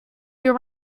you